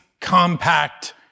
compact